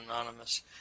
Anonymous